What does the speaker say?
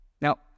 Now